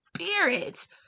spirit